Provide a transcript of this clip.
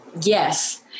Yes